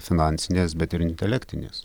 finansinės bet ir intelektinės